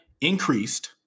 increased